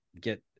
get